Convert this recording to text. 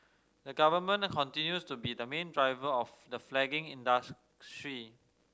the Government are continues to be the main driver of the flagging